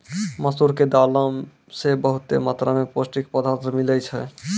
मसूर के दालो से बहुते मात्रा मे पौष्टिक पदार्थ मिलै छै